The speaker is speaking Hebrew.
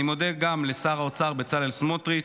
אני מודה גם לשר האוצר בצלאל סמוטריץ',